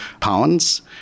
pounds